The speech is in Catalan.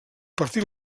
partit